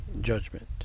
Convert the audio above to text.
judgment